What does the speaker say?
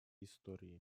истории